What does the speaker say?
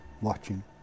watching